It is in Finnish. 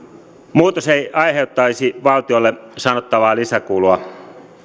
muutos ei aiheuttaisi valtiolle sanottavaa lisäkulua